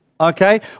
Okay